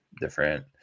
different